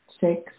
six